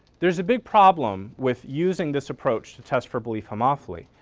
there's a big problem with using this approach to test for belief homophily